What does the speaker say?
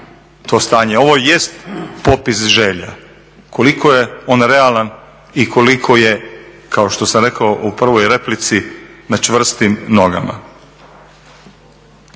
Ovo jest popis želja, koliko je on realan i koliko je kao što sam rekao u prvoj replici na čvrstim nogama.